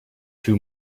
two